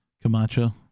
Camacho